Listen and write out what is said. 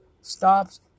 stops